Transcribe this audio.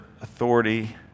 authority